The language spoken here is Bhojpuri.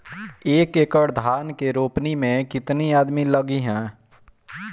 एक एकड़ धान के रोपनी मै कितनी आदमी लगीह?